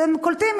אתם קולטים,